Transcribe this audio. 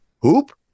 Hoop